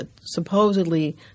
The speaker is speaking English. supposedly